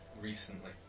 recently